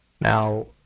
Now